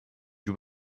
you